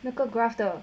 那个 graph 的